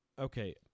Okay